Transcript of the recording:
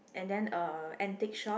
and a antique shop